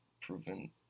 proven